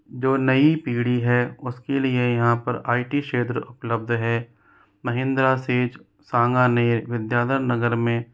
जो नई पीढ़ी है उसके लिए यहाँ पर आई टी क्षेत्र उपलब्ध है महिंद्रा सेज सांगा ने विद्याघर नगर में